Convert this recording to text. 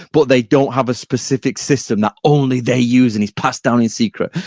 but they don't have a specific system that only they use and it's passed down in secret.